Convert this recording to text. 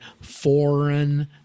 foreign